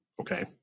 okay